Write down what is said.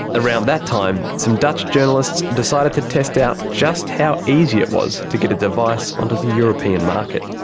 around that time some dutch journalists decided to test out just how easy it was to get a device onto the european market.